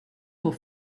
pour